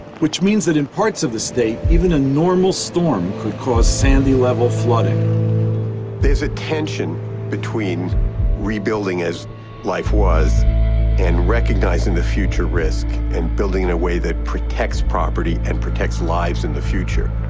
which means that in parts of the state, even a normal storm could cause sandy-level flooding. oppenheimer there's a tension between rebuilding as life was and recognizing the future risk and building in a way that protects property and protects lives in the future.